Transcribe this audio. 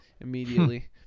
immediately